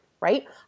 right